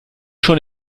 schon